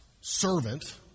servant